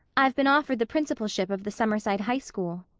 i've been offered the principalship of the summerside high school.